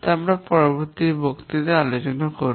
তা আমরা পরবর্তী বক্তৃতায় আলোচনা করব